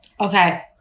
Okay